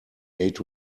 eight